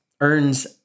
earns